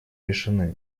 решены